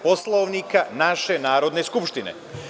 Poslovnika naše Narodne skupštine.